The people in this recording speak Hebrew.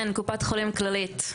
כן, קופת חולים כללית.